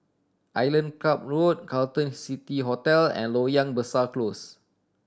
Island Club Road Carlton City Hotel and Loyang Besar Close